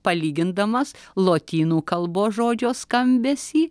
palygindamas lotynų kalbos žodžio skambesį